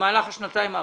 במהלך השנתיים האחרונות,